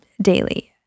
daily